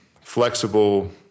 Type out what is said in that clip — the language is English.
flexible